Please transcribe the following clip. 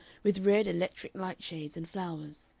with red electric light shades and flowers.